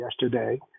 yesterday